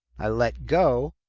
i let go,